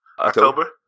October